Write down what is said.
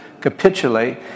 capitulate